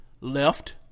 Left